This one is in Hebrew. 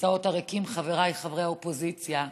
הכיסאות הריקים, חבריי חברי האופוזיציה,